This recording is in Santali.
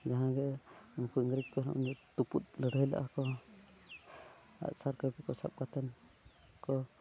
ᱡᱟᱦᱟᱸ ᱜᱮ ᱩᱱᱠᱩ ᱤᱝᱨᱮᱡᱽ ᱠᱚ ᱦᱟᱸᱜ ᱢᱤᱫ ᱛᱩᱯᱩᱫ ᱞᱟᱹᱲᱦᱟᱹᱭ ᱞᱮᱫᱼᱟ ᱠᱚ ᱟᱜ ᱥᱟᱨ ᱠᱟᱹᱯᱤ ᱠᱚ ᱥᱟᱵ ᱠᱟᱛᱮᱫ ᱠᱚ